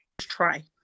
Try